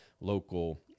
local